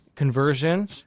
Conversion